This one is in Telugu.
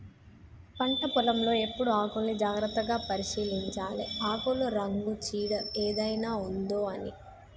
పంట పొలం లో ఎప్పుడు ఆకుల్ని జాగ్రత్తగా పరిశీలించాలె ఆకుల రంగు చీడ ఏదైనా ఉందొ అని